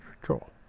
control